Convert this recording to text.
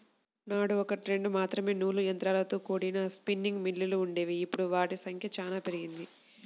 నాడు ఒకట్రెండు మాత్రమే నూలు యంత్రాలతో కూడిన స్పిన్నింగ్ మిల్లులు వుండేవి, ఇప్పుడు వాటి సంఖ్య చానా పెరిగింది